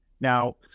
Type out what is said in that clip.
now